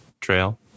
Trail